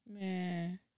Man